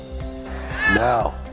Now